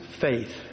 faith